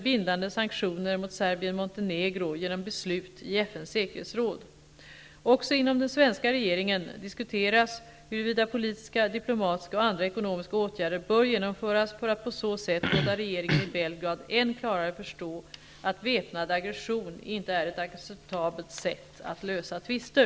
bindande sanktioner mot Serbien Också inom den svenska regeringen diskuteras huruvida politiska, diplomatiska och andra ekonomiska åtgärder bör genomföras för att på så sätt låta regeringen i Belgrad än klarare förstå att väpnad aggression inte är ett acceptabelt sätt att lösa tvister.